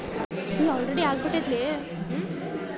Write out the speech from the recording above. ಯಾವ ಸಮಾನಲಿದ್ದ ಐದು ಎಕರ ತೋಟದಾಗ ಕಲ್ ಮುಳ್ ತಗಿಬೊದ?